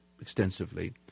extensively